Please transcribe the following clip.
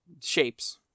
shapes